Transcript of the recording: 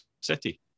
city